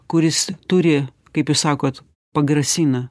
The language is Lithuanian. kuris turi kaip jūs sakot pagrasina